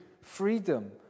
freedom